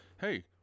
hey